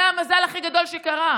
זה המזל הכי גדול שקרה,